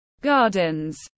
gardens